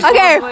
Okay